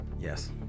Yes